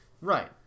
Right